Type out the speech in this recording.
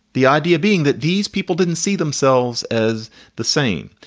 the idea being that these people didn't see themselves as the same.